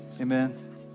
Amen